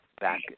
back